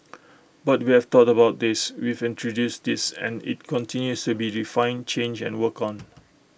but we have thought about these we've introduced these and IT continues to be refined changed and worked on